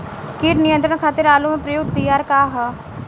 कीट नियंत्रण खातिर आलू में प्रयुक्त दियार का ह?